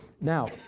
Now